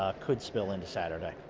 ah could spill into saturday.